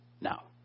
now